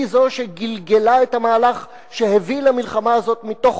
זו שגלגלה את המהלך שהביא למלחמה הזו מתוך